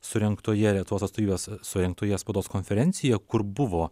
surengtoje lietuvos atstovybės surengtoje spaudos konferencijoje kur buvo